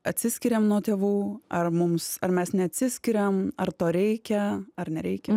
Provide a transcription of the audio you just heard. atsiskiriam nuo tėvų ar mums ar mes nesiskiriam ar to reikia ar nereikia